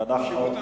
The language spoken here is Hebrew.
בשירות המדינה,